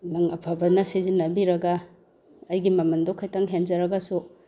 ꯂꯪ ꯑꯐꯕꯅ ꯁꯤꯖꯤꯟꯅꯕꯤꯔꯒ ꯑꯩꯒꯤ ꯃꯃꯟꯗꯨ ꯈꯤꯇꯪ ꯍꯦꯟꯖꯔꯒꯁꯨ